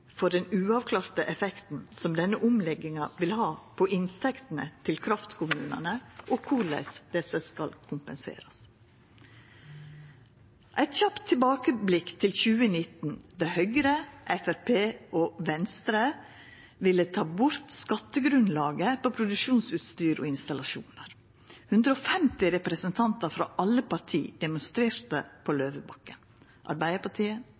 den uavklarte effekten denne omlegginga vil ha på inntektene til kraftkommunane, og korleis desse skal kompenserast. Eit kjapt tilbakeblikk på 2019: Høgre, Framstegspartiet og Venstre ville ta bort skattegrunnlaget på produksjonsutstyr og installasjonar, og 150 representantar frå alle parti demonstrerte på Løvebakken. Arbeidarpartiet,